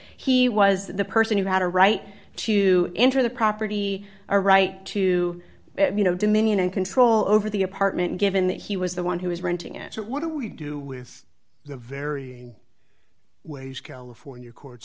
he was the person who had a right to enter the property a right to you know dominion and control over the apartment given that he was the one who was renting it what do we do with the very ways california courts